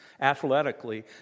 athletically